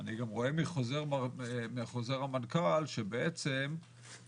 אני גם רואה מחוזר מנכ"ל, רשויות